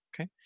Okay